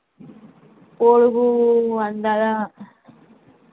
పొడవు వందల